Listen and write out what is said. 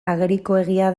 agerikoegia